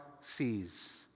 sees